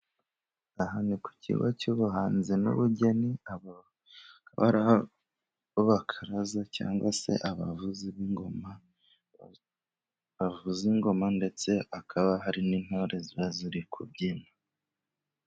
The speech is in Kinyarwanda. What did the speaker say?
Aha ni ku kigo cy'ubahanzi n'ubugeni, abo bakaba ari abakaraza cyangwa se abavuzi b'ingoma, bavuza ingoma ndetse hakaba hari n'intore ziri kubyina.